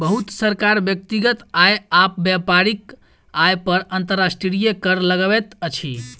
बहुत सरकार व्यक्तिगत आय आ व्यापारिक आय पर अंतर्राष्ट्रीय कर लगबैत अछि